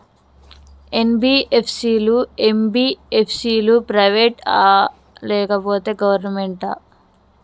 NBFC లు, MBFC లు private ఆ లేకపోతే గవర్నమెంటా?